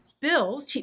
bill